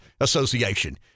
Association